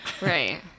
Right